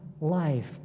life